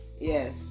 Yes